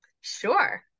Sure